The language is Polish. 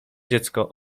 dziecko